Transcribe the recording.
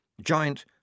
Giant